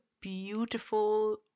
beautiful